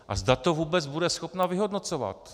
A zda vůbec bude schopna to vyhodnocovat.